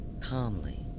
calmly